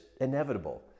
inevitable